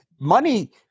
money